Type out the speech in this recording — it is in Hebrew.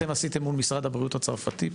האם עשיתם פעילות כזו מול משרד הבריאות הצרפתי?